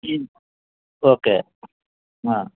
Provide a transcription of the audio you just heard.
okay